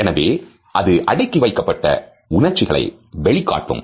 எனவே அது அடக்கி வைக்கப்பட்ட உணர்ச்சிகளை வெளிக்காட்டும்